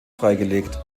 freigelegt